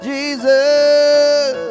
Jesus